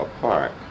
park